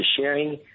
sharing